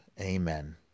Amen